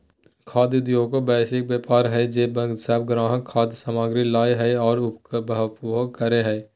खाद्य उद्योगएगो वैश्विक व्यापार हइ जे सब ग्राहक खाद्य सामग्री लय हइ और उकर उपभोग करे हइ